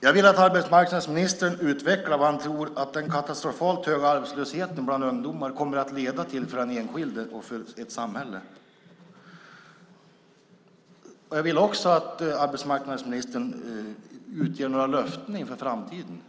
Jag vill att arbetsmarknadsministern utvecklar vad han tror att den katastrofalt höga arbetslösheten bland ungdomar kommer att leda till för den enskilde och för samhället. Jag vill också att arbetsmarknadsministern ger några löften inför framtiden.